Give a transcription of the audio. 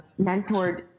mentored